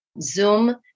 Zoom